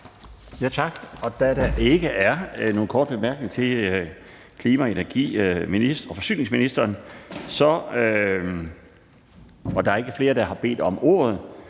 Tak. Da der ikke er nogen korte bemærkninger til klima-, energi- og forsyningsministeren og der ikke er flere, der har bedt om ordet,